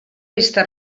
vista